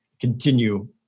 continue